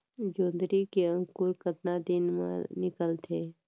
जोंदरी के अंकुर कतना दिन मां निकलथे?